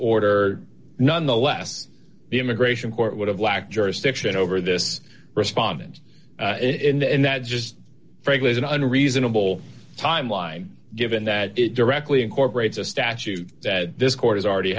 order nonetheless the immigration court would have lacked jurisdiction over this respondent in the end that just frankly is an un reasonable timeline given that it directly incorporates a statute that this court has already